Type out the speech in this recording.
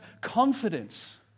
confidence